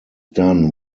done